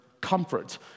comfort